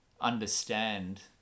understand